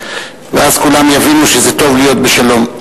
ואז כולם יבינו שזה טוב להיות בשלום.